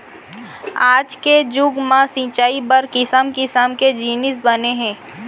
आज के जुग म सिंचई बर किसम किसम के जिनिस बने हे